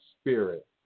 spirit